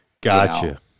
Gotcha